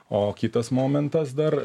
o kitas momentas dar